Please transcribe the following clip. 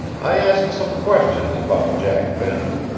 i asked some questions about jack benton,